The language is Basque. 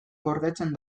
gordetzen